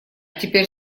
теперь